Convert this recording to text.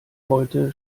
heute